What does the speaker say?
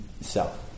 self